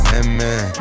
amen